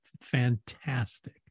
fantastic